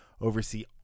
oversee